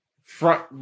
front